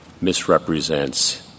misrepresents